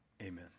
amen